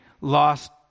lost